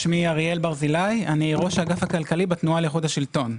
אני ראש האגף הכלכלי בתנועה לאיכות השלטון.